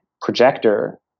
projector